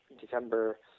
December